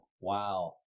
Wow